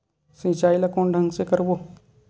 सिंचाई ल कोन ढंग से करबो?